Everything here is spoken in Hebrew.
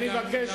אני מבקש: